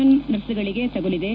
M ನರ್ಸ್ಗಳಿಗೆ ತಗಲಿದೆ